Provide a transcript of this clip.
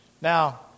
Now